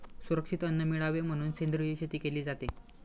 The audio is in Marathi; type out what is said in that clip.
सुरक्षित अन्न मिळावे म्हणून सेंद्रिय शेती केली जाते